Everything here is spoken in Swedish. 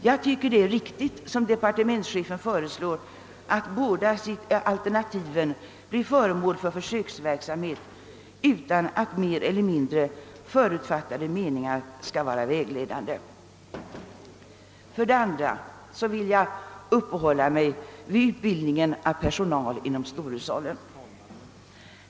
Jag tycker att det är riktigt som departementschefen föreslår att båda alternativen skall bli föremål för försöksverksamhet utan att mer eller mindre förutfattade meningar därvid får vara vägledande. För det andra vill jag uppehålla mig vid utbildningen av personal inom storhushållen.